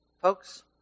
Folks